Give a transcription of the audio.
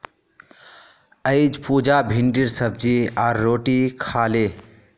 अईज पुजा भिंडीर सब्जी आर रोटी खा ले